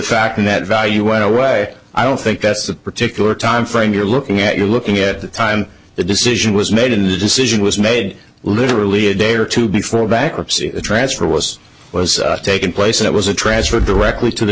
and that value went away i don't think that's the particular timeframe you're looking at you're looking at the time the decision was made in the decision was made literally a day or two before bankruptcy the transfer was was taken place it was a transfer directly to the